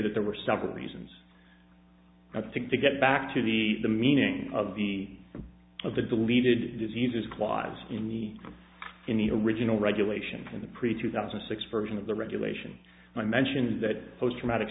that there were several reasons i think to get back to the the meaning of the of the deleted diseases clause in the in the original regulation in the pre two thousand and six version of the regulation i mentioned that post traumatic